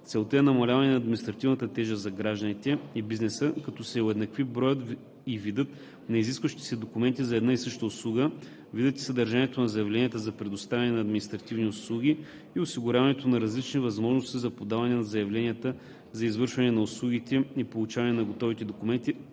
Целта е намаляване на административната тежест за гражданите и бизнеса, като се уеднакви броят и видът на изискващите се документи за една и съща услуга, видът и съдържанието на заявленията за предоставяне на административни услуги и осигуряването на различни възможности за подаване на заявленията за извършване на услугите и получаване на готовите документи,